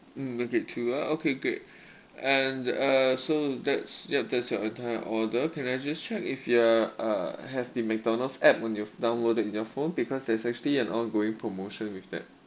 mm okay Q_R okay great and uh so that's yup that's your entire order can I just check if you are uh have the macdonald's app when you've downloaded in your phone because there's actually an ongoing promotion with that